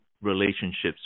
relationships